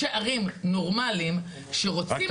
ראשי ערים נורמאליים שרוצים --- סגן שר במשרד ראש הממשלה